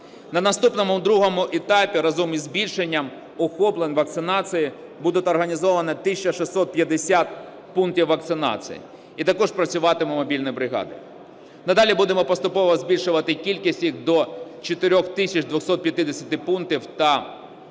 На наступному другому етапі разом із збільшенням охоплення вакцинацією буде організовано 1 тисяча 650 пунктів вакцинації, і також працюватимуть мобільні бригади. Надалі будемо поступово збільшувати кількість їх до 4 тисяч 250 пунктів та близько